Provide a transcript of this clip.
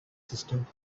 system